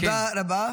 תודה רבה.